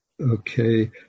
Okay